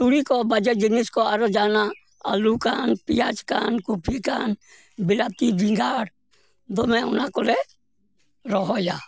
ᱛᱩᱲᱤ ᱠᱚ ᱵᱟᱡᱮ ᱡᱤᱱᱤᱥ ᱠᱚ ᱟᱨᱚ ᱡᱟᱦᱟᱱᱟᱜ ᱟᱹᱞᱩᱠᱟᱱ ᱯᱮᱸᱭᱟᱡᱽ ᱠᱟᱱ ᱠᱩᱯᱤᱠᱟᱱ ᱵᱮᱞᱟᱛᱤ ᱵᱮᱸᱜᱟᱲ ᱫᱚᱢᱮ ᱚᱱᱟ ᱠᱚᱞᱮ ᱨᱚᱦᱚᱭᱟ